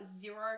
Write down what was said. zero